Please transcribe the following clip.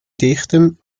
dichten